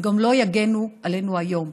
הם גם לא יגנו עלינו היום.